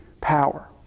power